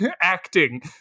acting